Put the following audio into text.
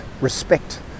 respect